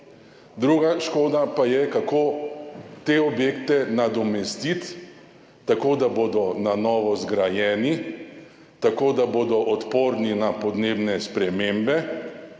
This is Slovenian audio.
druga škoda pa je, kako te objekte nadomestiti tako, da bodo na novo zgrajeni, tako, da bodo odporni na podnebne spremembe,